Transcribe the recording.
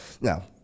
Now